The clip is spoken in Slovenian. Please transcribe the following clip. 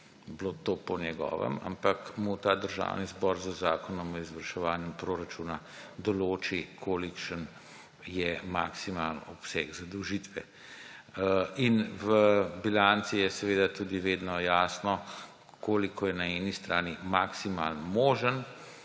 bilo to po njegovem, ampak mu ta državni zbor z Zakonom o izvrševanju proračuna določi, kolikšen je maksimalni obseg zadolžitve. V bilanci je seveda tudi vedno jasno, koliko je na eni strani maksimalno možen